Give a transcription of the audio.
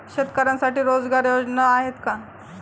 शेतकऱ्यांसाठी रोजगार योजना आहेत का?